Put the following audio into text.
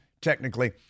technically